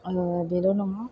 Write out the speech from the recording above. बेल' नङा